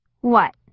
What